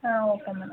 ಹಾಂ ಓಪನ್ ಮನೆ